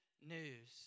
news